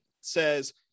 says